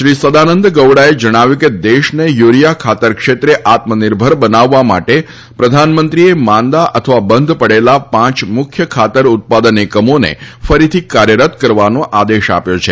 શ્રી સદાનંદ ગૌડાએ જણાવ્યું હતું કે દેશને યુરિયા ખાતર ક્ષેત્રે આત્મનિર્ભર બનાવવા માટે પ્રધાનમંત્રીએ માંદા અથવા બંધ પડેલા પાંચ મુખ્ય ખાતર ઉત્પાદન એકમોને ફરીથી કાર્યરત કરવાનો આદેશ આપ્યો છે